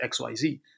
XYZ